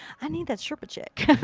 i need that sherpa chic!